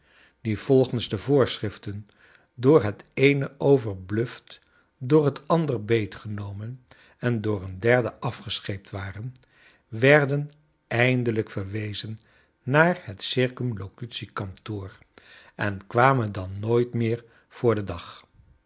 die volgens de voorschriften door het eene overbluft door een ander beetgenomen en door een derde afgescheept waren werden eindelijk verwezen naar het circumlocutie kantoor en kwamen dan nooit meer voor den dag